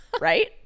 Right